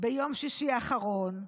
ביום שישי האחרון,